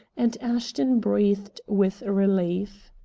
and ashton breathed with relief.